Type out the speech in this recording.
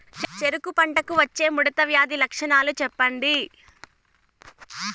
చెరుకు పంటకు వచ్చే ముడత వ్యాధి లక్షణాలు చెప్పండి?